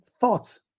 thoughts